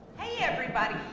hey, everybody.